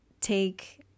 take